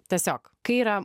tiesiog kai yra